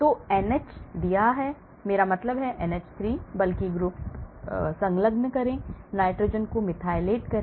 तो अगर OH कैसे डालते हैं तो NH दिया है मेरा मतलब है NH3 bulky groups संलग्न करें नाइट्रोजन को मिथाइलेट करें